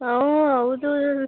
ಹ್ಞೂ ಹೌದು